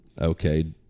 okay